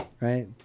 right